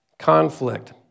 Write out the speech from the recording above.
conflict